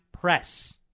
press